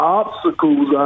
obstacles